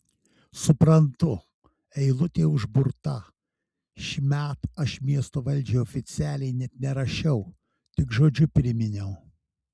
suprantu eilutė užburta šįmet aš miesto valdžiai oficialiai net nerašiau tik žodžiu priminiau